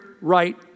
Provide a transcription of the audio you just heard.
right